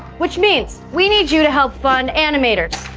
which means we need you to help fund animators,